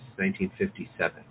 1957